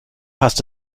hast